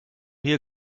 hier